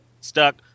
stuck